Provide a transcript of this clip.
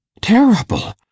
Terrible